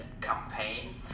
campaign